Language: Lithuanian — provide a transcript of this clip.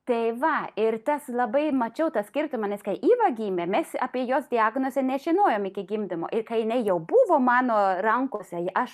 tai va ir tas labai mačiau tą skirtumą nes kai iva gimė mes apie jos diagnozė nežinojom iki gimdymo ir kai jinai jau buvo mano rankose ji aš i